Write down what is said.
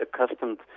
accustomed